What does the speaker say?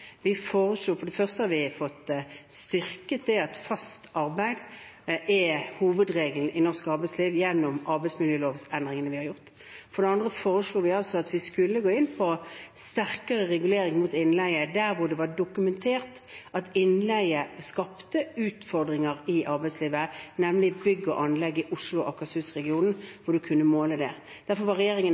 For det første har vi fått styrket det at fast arbeid er hovedregelen i norsk arbeidsliv, gjennom arbeidsmiljølovendringene vi har gjort. For det andre foreslo vi at vi skulle gå inn på sterkere regulering mot innleie der hvor det var dokumentert at innleie skapte utfordringer i arbeidslivet, nemlig i bygg og anlegg i Oslo og Akershus-regionen, hvor man kunne måle det. Derfor var regjeringen